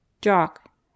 Jock